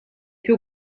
più